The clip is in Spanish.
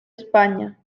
españa